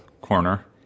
corner